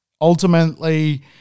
ultimately